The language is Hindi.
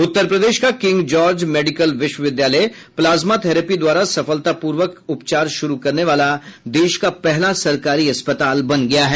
उत्तरप्रदेश का किंग जोर्ज मेडिकल विश्वविद्यालय प्लाज्मा थेरेपी द्वारा सफलतापूर्वक उपचार शुरू करने वाला देश का पहला सरकारी अस्पताल बन गया है